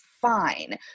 fine